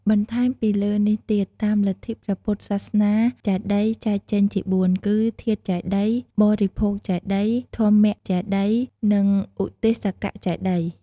បន្ថែមពីលើនេះទៀត តាមលិទ្ធព្រះពុទ្ធសាសនាចេតិយចែកចេញជា៤គឺ ធាតុចេតិយ បរិភោគចេតិយ ធម្មចេតិយ និងឧទ្ទេសកចេតិយ។